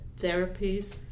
therapies